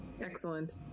Excellent